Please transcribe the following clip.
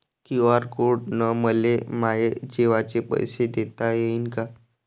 QR code न मले माये जेवाचे पैसे देता येईन का?